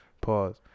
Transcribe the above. Pause